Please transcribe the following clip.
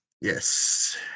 Yes